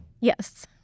Yes